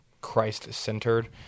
Christ-centered